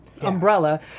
umbrella